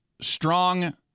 strong